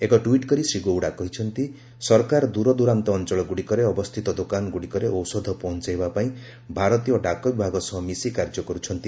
ଏକ ଟ୍ୱିଟ୍ କରି ଶ୍ରୀ ଗୌଡ଼ା କହିଛନ୍ତି ସରକାର ଦୂରଦ୍ୱରାନ୍ତ ଅଞ୍ଚଳଗୁଡ଼ିକରେ ଅବସ୍ଥିତ ଦୋକାନଗୁଡ଼ିକରେ ଔଷଧ ପହଞ୍ଚାଇବାପାଇଁ ଭାରତୀୟ ଡାକ ବିଭାଗ ସହ ମିଶି କାର୍ଯ୍ୟ କରୁଛନ୍ତି